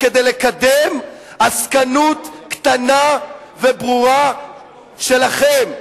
כדי לקדם עסקנות קטנה ופרועה שלכם.